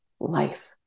life